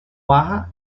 baja